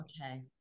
Okay